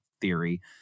theory